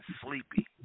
sleepy